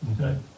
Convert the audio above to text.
Okay